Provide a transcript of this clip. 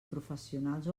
professionals